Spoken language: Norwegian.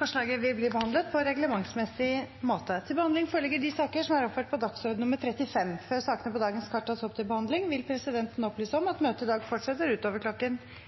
Forslaget vil bli behandlet på reglementsmessig måte. Før sakene på dagens kart tas opp til behandling, vil presidenten opplyse om at møtet i dag fortsetter utover